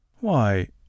Why